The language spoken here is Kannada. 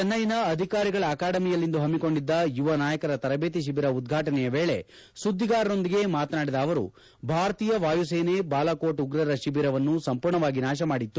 ಚೆನ್ನೈನ ಅಧಿಕಾರಿಗಳ ಅಕಾಡೆಮಿಯಲ್ಲಿಂದು ಹಮ್ಮಿಕೊಂಡಿದ್ದ ಯುವನಾಯಕರ ತರಬೇತಿ ಶಿಬಿರ ಉದ್ಘಾಟನೆಯ ವೇಳೆ ಸುದ್ದಿಗಾರರೊಂದಿಗೆ ಮಾತನಾಡಿದ ಅವರು ಭಾರತೀಯ ವಾಯುಸೇನೆ ಬಾಲಾಕೋಟ್ ಉಗ್ರರ ಶಿಬಿರವನ್ನು ಸಂಪೂರ್ಣವಾಗಿ ನಾಶಮಾಡಿತ್ತು